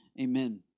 Amen